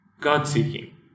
God-seeking